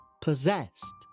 possessed